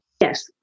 Yes